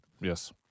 Yes